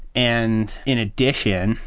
and in addition,